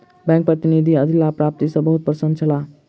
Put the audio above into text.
bank प्रतिनिधि अधिलाभ प्राप्ति सॅ बहुत प्रसन्न छला